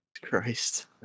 Christ